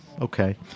okay